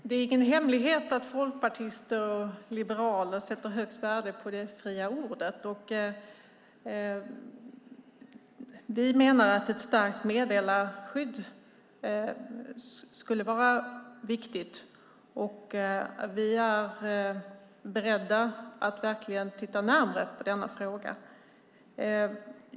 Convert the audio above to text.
Herr talman! Det är ingen hemlighet att folkpartister och liberaler sätter högt värde på det fria ordet. Vi menar att ett starkt meddelarskydd är viktigt, och vi är beredda att titta närmare på denna fråga.